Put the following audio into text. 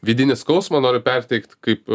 vidinį skausmą noriu perteikt kaip